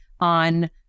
on